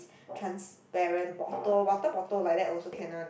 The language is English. transparent bottle water bottle like that also can one